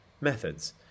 Methods